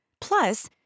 Plus